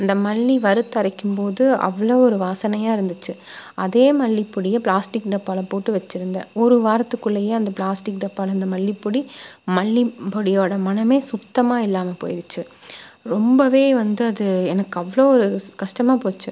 இந்த மல்லி வறுத்து அரைக்கும்போது அவ்வளோ ஒரு வாசனையாக இருந்துச்சு அதே மல்லிப்பொடியை பிளாஸ்டிக் டப்பாவில் போட்டு வெச்சுருந்தேன் ஒரு வாரத்துக்குள்ளேயே அந்த பிளாஸ்டிக் டப்பாவில் இந்த மல்லிப்பொடி மல்லி பொடியோட மணம் சுத்தமாக இல்லாமல் போய்டுச்சி ரொம்ப வந்து அது எனக்கு அவ்வளோ ஒரு கஷ்டமாக போச்சு